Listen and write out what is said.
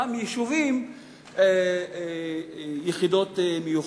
לאותם יישובים יחידות מיוחדות?